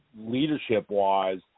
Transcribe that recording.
leadership-wise